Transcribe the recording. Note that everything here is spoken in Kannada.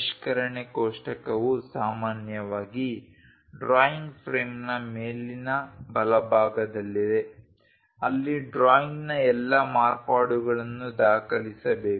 ಪರಿಷ್ಕರಣೆ ಕೋಷ್ಟಕವು ಸಾಮಾನ್ಯವಾಗಿ ಡ್ರಾಯಿಂಗ್ ಫ್ರೇಮ್ನ ಮೇಲಿನ ಬಲಭಾಗದಲ್ಲಿದೆ ಅಲ್ಲಿ ಡ್ರಾಯಿಂಗ್ನ ಎಲ್ಲಾ ಮಾರ್ಪಾಡುಗಳನ್ನು ದಾಖಲಿಸಬೇಕು